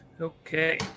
Okay